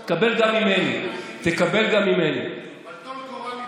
שמעתי, דברים מאוד